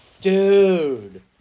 Dude